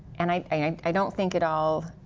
and i i don't think it all,